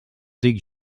dic